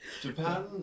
Japan